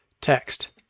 Text